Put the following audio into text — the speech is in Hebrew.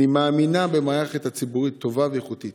אני מאמינה במערכת ציבורית טובה ואיכותית,